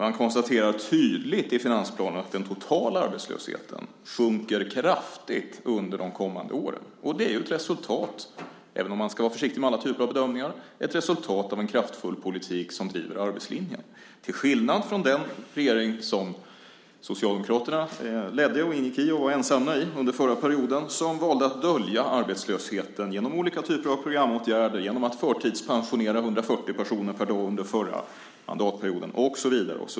Man konstaterar tydligt i finansplanen att den totala arbetslösheten sjunker kraftigt under de kommande åren, och det är ju ett resultat, även om man ska vara försiktig med alla typer av bedömningar, av en kraftfull politik som driver arbetslinjen - till skillnad från den regering som Socialdemokraterna ledde och var ensamma i under förra mandatperioden, som valde att dölja arbetslösheten genom olika typer av programåtgärder, genom att förtidspensionera 140 personer per dag under förra mandatperioden och så vidare.